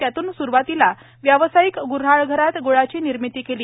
त्यातून सुरुवातीला व्यवसायिक गुऱ्हाळघरात गुळाची निर्मिती केली